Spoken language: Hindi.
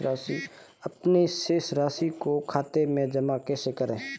अपने शेष राशि को खाते में जमा कैसे करें?